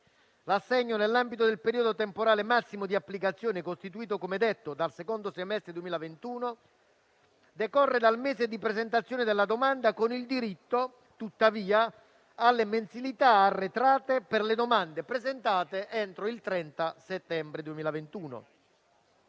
L'assegno, nell'ambito del periodo temporale massimo di applicazione (costituito, come detto, dal secondo semestre 2021), decorre dal mese di presentazione della domanda con il diritto, tuttavia, alle mensilità arretrate per le domande presentate entro il 30 settembre 2021.